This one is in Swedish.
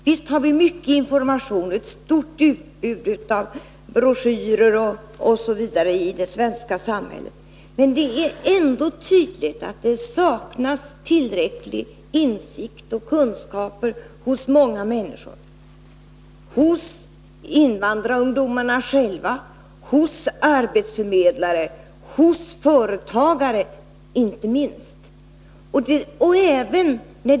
Visst har vi mycket information, ett stort utbud av broschyrer osv. i det svenska samhället, men det är ändå tydligt att det saknas erforderlig insikt och tillräckliga kunskaper hos många människor: hos invandrarungdomarna själva, arbetsförmedlare och inte minst hos företagare.